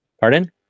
Pardon